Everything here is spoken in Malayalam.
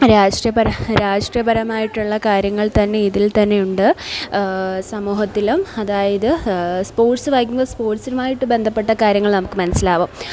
രാഷ്ട്രീയപരം രാഷ്ട്രീയപരമായിട്ടുള്ള കാര്യങ്ങൾ തന്നെ ഇതിൽ തന്നെയുണ്ട് സമൂഹത്തിലും അതായത് സ്പോർട്സ് വായിക്കുമ്പോൾ സ്പോർട്സുമായിട്ട് ബന്ധപ്പെട്ട കാര്യങ്ങൾ നമുക്ക് മനസ്സിലാവും